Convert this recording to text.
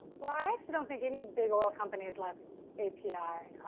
like so don't think any big oil companies left api i